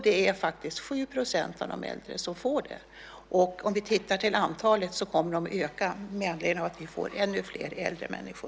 Det är faktiskt 7 % av de äldre som får det. Antalet kommer att öka eftersom det kommer att bli ännu fler äldre människor.